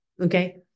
Okay